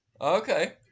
Okay